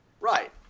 right